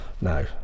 no